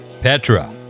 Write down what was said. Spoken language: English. Petra